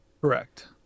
Correct